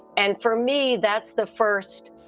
and for me, that's the first.